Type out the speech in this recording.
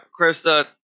Krista